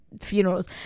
funerals